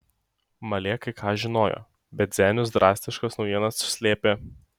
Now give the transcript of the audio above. malė kai ką žinojo bet zenius drastiškas naujienas slėpė